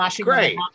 great